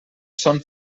són